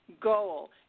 goal